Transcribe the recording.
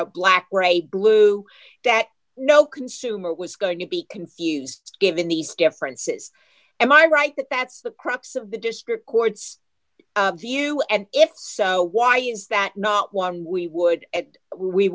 know black grey blue that no consumer was going to be confused given these differences am i right that that's the crux of the district court's view and if so why is that not one we would